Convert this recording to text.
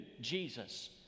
Jesus